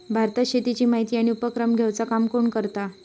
भारतात शेतीची माहिती आणि उपक्रम घेवचा काम कोण करता?